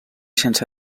sense